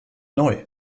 neu